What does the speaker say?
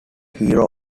hero